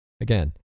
again